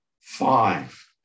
five